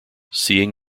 seeing